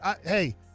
Hey